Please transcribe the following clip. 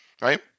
right